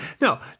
No